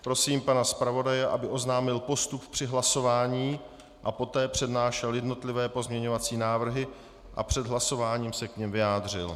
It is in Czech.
Prosím pana zpravodaje, aby oznámil postup při hlasování a poté přednášel jednotlivé pozměňovací návrhy a před hlasováním se k nim vyjádřil.